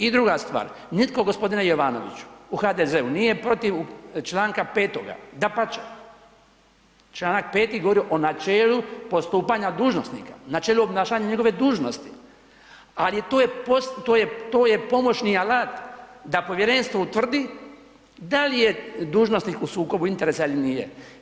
I druga stvar, nitko, g. Jovanoviću, u HDZ-u nije protiv čl. 5., dapače, čl. 5. govori o načelu postupanja dužnosnika, načelu obnašanja njegove dužnosti, ali to je pomoćni alat da Povjerenstvo utvrdi da li je dužnosnik u sukobu interesa ili nije.